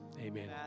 Amen